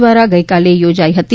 દ્વારા ગઇકાલે યોજાઈ હતી